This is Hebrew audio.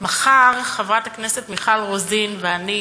מחר חברת הכנסת מיכל רוזין ואני